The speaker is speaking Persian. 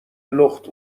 لخت